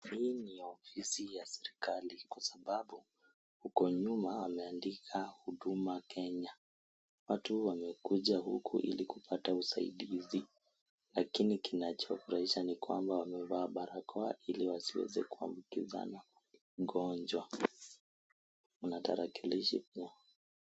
Hii ni ofisi ya serikali kwa sababu huko nyuma wameandika Huduma Kenya. Watu wamekuja huku ili kupata usaidizi lakini kinachofurahisha ni kwamba wamevaa barakoa ili wasiweze kuambukizana gonjwa . Mna tarakilishi pia.